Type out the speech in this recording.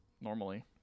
normally